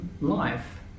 life